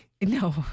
No